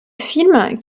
film